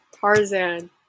Tarzan